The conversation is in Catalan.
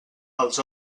els